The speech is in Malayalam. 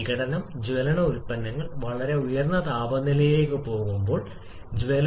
ഇപ്പോൾ മറ്റൊരു ലളിതമായ പ്രതികരണം റിയാക്റ്റന്റ് ഭാഗത്ത് നിങ്ങൾക്ക് എത്ര മോളുകളുണ്ടാകും